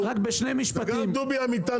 גם דובי אמיתי,